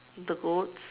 the goats